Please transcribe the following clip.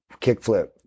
kickflip